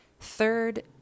third